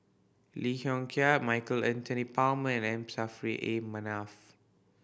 Lee Yong Kiat Michael Anthony Palmer and M Saffri A Manaf